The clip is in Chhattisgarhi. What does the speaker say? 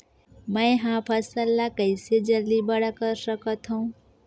मैं ह फल ला कइसे जल्दी बड़ा कर सकत हव?